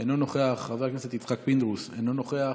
אינו נוכח,